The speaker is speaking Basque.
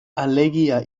alegia